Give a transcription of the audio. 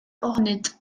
ohonynt